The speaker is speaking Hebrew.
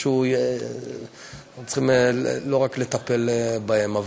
אנחנו צריכים לטפל לא רק בהם.